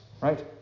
right